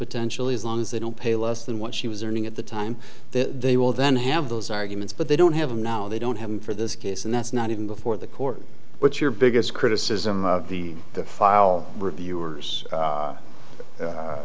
potentially as long as they don't pay less than what she was earning at the time that they will then have those arguments but they don't have them now they don't have them for this case and that's not even before the court what's your biggest criticism of the the file reviewers